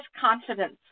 confidence